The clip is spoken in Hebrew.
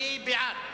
מי בעד?